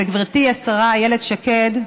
וגברתי השרה איילת שקד,